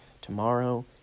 tomorrow